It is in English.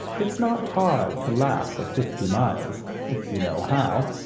it's not hard to laugh for fifty miles if you know how.